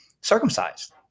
circumcised